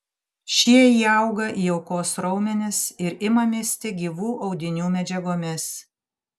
šie įauga į aukos raumenis ir ima misti gyvų audinių medžiagomis